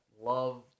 love